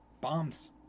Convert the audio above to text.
bombs